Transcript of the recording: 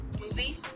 movie